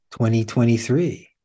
2023